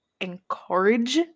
encourage